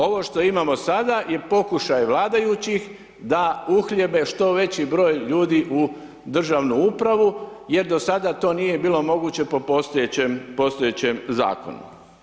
Ovo što imamo sada je pokušaj vladajućih da uhljebe što veći broj ljudi u državnu upravu jer do sada to nije bilo moguće po postojećem Zakonu.